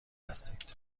هستید